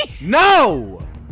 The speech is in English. No